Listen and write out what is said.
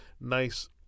nice